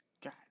God